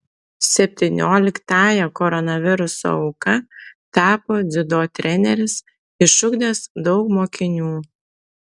septynioliktąja koronaviruso auka tapo dziudo treneris išugdęs daug mokinių